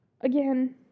again